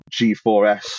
G4S